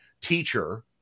teacher